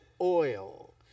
oil